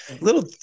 little